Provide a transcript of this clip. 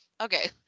okay